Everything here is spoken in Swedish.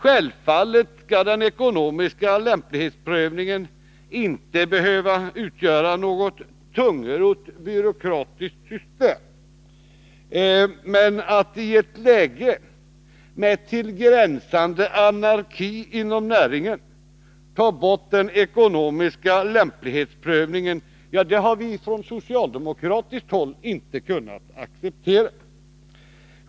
Självfallet skall den ekonomiska lämplighetsprövningen inte behöva utgöra något tungrott byråkratiskt system, men att man i ett läge gränsande till anarki inom näringen skall ta bort den ekonomiska lämplighetsprövningen har vi från socialdemokratiskt håll inte kunnat acceptera.